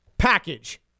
package